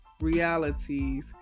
realities